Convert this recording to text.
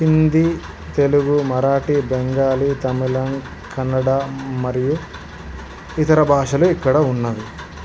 హిందీ తెలుగు మరాఠీ బెంగాలీ తమిళం కన్నడ మరియు ఇతర భాషలు ఇక్కడ ఉన్నవి